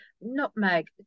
nutmeg